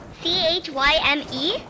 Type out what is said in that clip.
C-H-Y-M-E